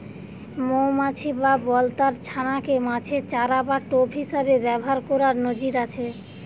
মউমাছি বা বলতার ছানা কে মাছের চারা বা টোপ হিসাবে ব্যাভার কোরার নজির আছে